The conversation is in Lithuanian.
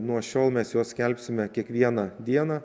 nuo šiol mes juos skelbsime kiekvieną dieną